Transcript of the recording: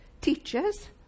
teachers